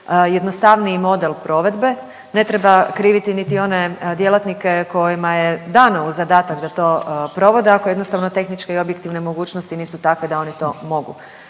jednostavniji model provedbe. Ne treba kriviti niti one djelatnike kojima je dano u zadatak da to provode ako jednostavno tehničke i objektivne mogućnosti nisu takve da oni to mogu.